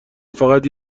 فقط